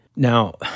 Now